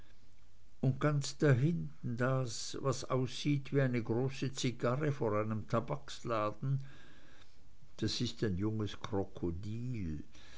und ganz dahinten das was aussieht wie eine große zigarre vor einem tabaksladen das ist ein junges krokodil